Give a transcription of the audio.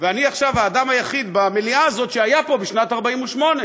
ואני עכשיו האדם היחיד במליאה הזאת שהיה פה בשנת 1948,